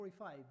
45